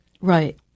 right